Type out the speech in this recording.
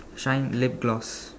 shine lip gloss